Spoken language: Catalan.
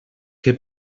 que